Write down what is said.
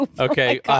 Okay